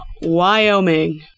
Wyoming